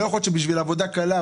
לא יכול להיות שבשביל עבודה קלה,